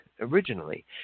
originally